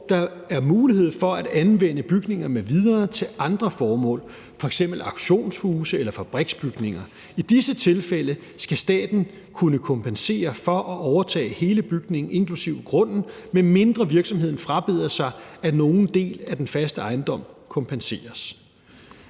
der er mulighed for at anvende bygninger m.v. til andre formål, f.eks. auktionshuse eller fabriksbygninger. I disse tilfælde skal staten kunne kompensere for at overtage hele bygningen, inklusive grunden, medmindre virksomheden frabeder sig, at nogen del af den faste ejendom kompenseres.